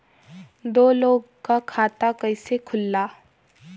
दो लोगक खाता कइसे खुल्ला?